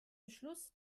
beschluss